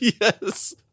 Yes